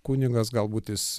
kunigas galbūt jis